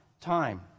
time